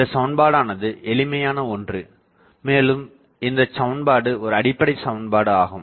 இந்தச்சமன்பாடானது எளிமையான ஒன்று மேலும் இந்தச்சமன்பாடு ஒரு அடிப்படை சமன்பாடு ஆகும்